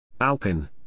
Alpin